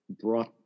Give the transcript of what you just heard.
brought